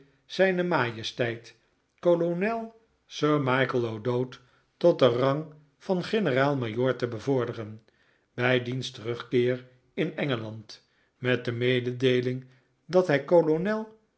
zijne majesteit kolonel sir michael o'dowd tot den rang van generaal-majoor te bevorderen bij diens terugkeer in engeland met de mededeeling dat hij kolonel